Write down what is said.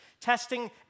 testing